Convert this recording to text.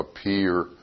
appear